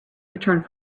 returned